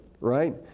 right